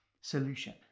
solution